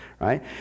right